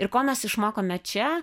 ir ko mes išmokome čia